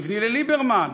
לבני לליברמן.